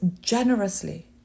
generously